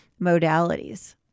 modalities